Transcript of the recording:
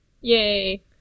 Yay